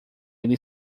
ele